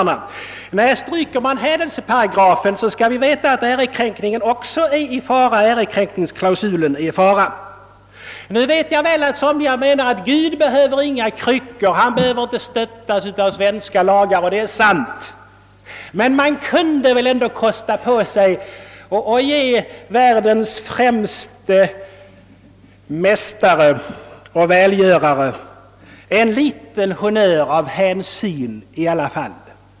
Nej, stryker man hädelseparagrafen skall vi veta att också ärekränkningsklausulen är i fara. Jag vet väl att somliga menar att Gud inte behöver några kryckor, inte behöver stöttas av svensk lag, och det är sant. Men man kunde väl ändå tänka sig att ge världens främste välgörare en liten honnör av hänsyn i alla fall.